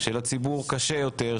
שלציבור קשה יותר,